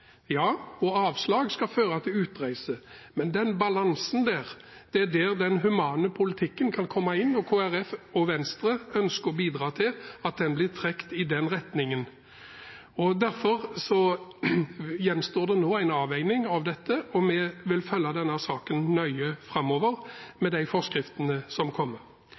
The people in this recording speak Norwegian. ja – og avslag skal føre til utreise. Men det er i denne balansegangen den humane politikken kan komme inn, og Kristelig Folkeparti og Venstre ønsker å bidra til at den blir trukket i den retningen. Derfor gjenstår det nå en avveining av dette, og vi vil følge denne saken nøye framover – med de forskriftene som kommer.